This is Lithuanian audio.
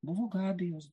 buvo gabijos